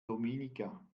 dominica